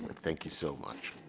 thank you so much